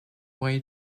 way